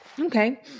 Okay